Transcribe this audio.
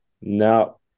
no